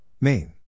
Main